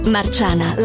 Marciana